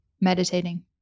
Meditating